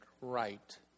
right